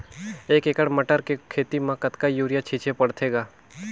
एक एकड़ मटर के खेती म कतका युरिया छीचे पढ़थे ग?